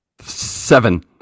Seven